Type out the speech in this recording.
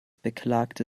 beklagte